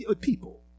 people